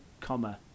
comma